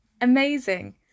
Amazing